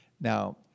Now